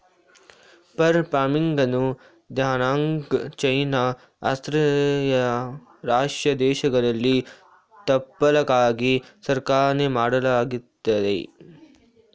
fur ಫಾರ್ಮಿಂಗನ್ನು Denmark, China, Australia, Russia ದೇಶಗಳಲ್ಲಿ ತುಪ್ಪಳಕ್ಕಾಗಿ ಸಾಕಣೆ ಮಾಡಲಾಗತ್ತದೆ